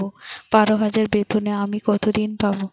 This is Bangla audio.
বারো হাজার বেতনে আমি কত ঋন পাব?